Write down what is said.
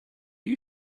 you